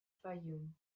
fayoum